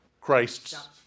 Christ's